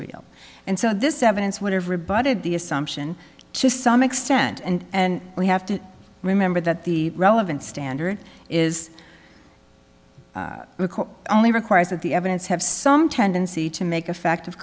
real and so this evidence whatever rebutted the assumption to some extent and we have to remember that the relevant standard is only requires that the evidence have some tendency to make a fact of